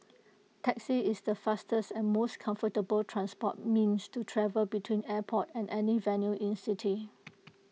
taxi is the fastest and most comfortable transport means to travel between airport and any venue in city